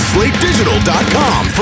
SlateDigital.com